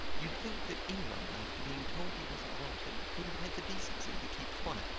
you'd think that any one after being told he wasn't wanted would have had the decency to keep quiet